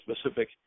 specific